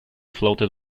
floated